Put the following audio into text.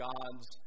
God's